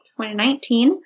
2019